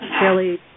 fairly